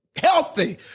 healthy